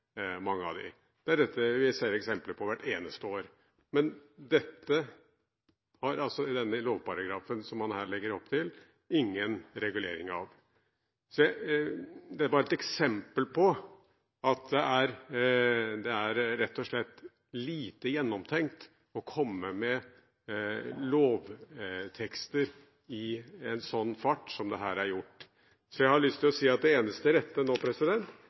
Det er dette vi ser eksempler på hvert eneste år. Men dette har man i denne lovparagrafen som man her legger opp til, ingen regulering av. Det er bare et eksempel på at det rett og slett er lite gjennomtenkt å komme med lovtekster i en sånn fart som det her er gjort. Jeg har lyst til å si at det eneste rette nå